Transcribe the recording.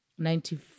Ninety